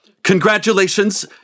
Congratulations